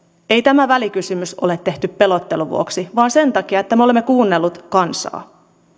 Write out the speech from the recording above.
ei tämä välikysymys ole tehty pelottelun vuoksi vaan sen takia että me olemme kuunnelleet kansaa